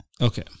Okay